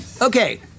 Okay